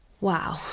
Wow